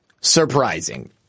surprising